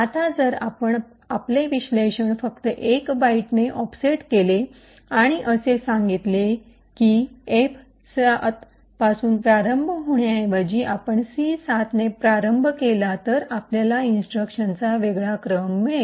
आता जर आपण आपले विश्लेषण फक्त 1 बाइटने ऑफसेट केले आणि असे सांगितले की F7 पासून प्रारंभ करण्याऐवजी आपण सी 7 ने प्रारंभ केला तर आपल्याला इंस्ट्रक्शनचा वेगळा क्रम मिळेल